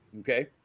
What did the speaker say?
Okay